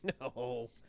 no